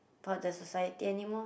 about the society anymore